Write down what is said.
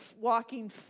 walking